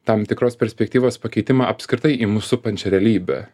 tam tikros perspektyvos pakeitimą apskritai į mus supančią realybę